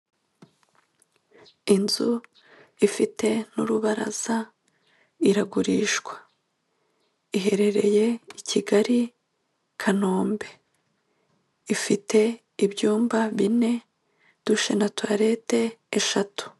Inzu ifite n'urubaraza iragurishwa iherereye i Kigali Kanombe ifite ibyumba bine dushe na tuwarete eshatu.